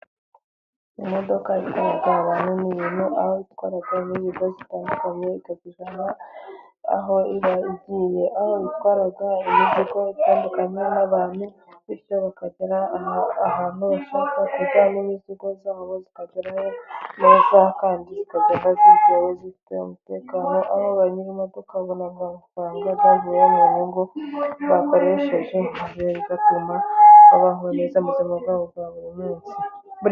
Imodoka itwara abantu n' ibintu, aho itwara imizigo zitandukanye ikazijyana aho iba igiye aho itwara imizigo itandukanye n' abantu, bityo bakagera ahantu bashaka kujya, imizigo yabo ikabageraho neza, kandi niyo yakwangika zigerayo zifite umutekano aho ba nyirimodoka babona amafaranga yavuye mu nyungu bakoresheje bigatuma babaho neza mu buzima bwabo bwa buri munsi.